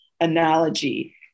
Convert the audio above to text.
analogy